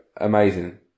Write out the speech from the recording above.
amazing